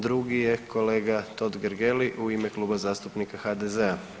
Drugi je kolega Totgergeli u ime Kluba zastupnika HDZ-a.